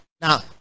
Now